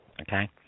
okay